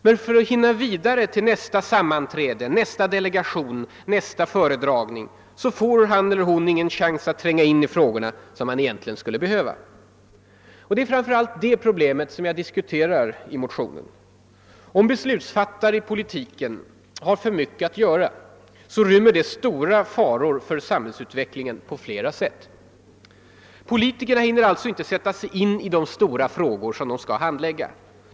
Men för att hinna vidare till nästa sammanträde, nästa delegation, nästa föredragning får han inte den chans att tränga in i frågorna, som man egentligen skulle behöva. Det är framför allt det problemet som jag diskuterar i motionen. Om beslutsfattare i politiken har för mycket att göra, med för det stora faror för samhällsutvecklingen på flera sätt. Politikerna hinner alltså inte sätta sig in i de stora frågor, som de skall handlägga.